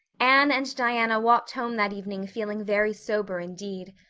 anne and diana walked home that evening feeling very sober indeed.